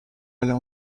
aller